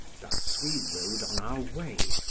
thus we rode on our way,